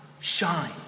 shine